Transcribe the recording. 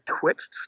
twitched